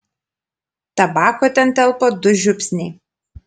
tabako ten telpa du žiupsniai